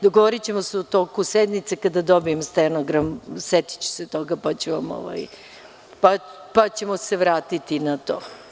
Dogovorićemo se u toku sednice kada dobijem stenogram, setiću se toga, pa ćemo se vratiti na to.